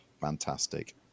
fantastic